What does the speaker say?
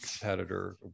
competitor